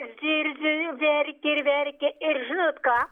zirzia verkia ir verkia ir žinot ką